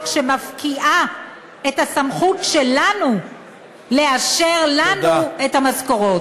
שמפקיעה את הסמכות שלנו לאשר לנו את המשכורות.